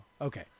Okay